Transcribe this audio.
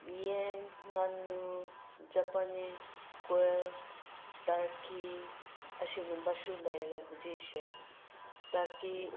ꯌꯦꯟ ꯉꯥꯅꯨ Japanese coil ꯇꯔꯀꯤ ꯑꯁꯤꯒꯨꯝꯕꯁꯨ ꯂꯩꯔꯦ ꯍꯨꯖꯤꯛꯁꯦ ꯇꯔꯀꯤ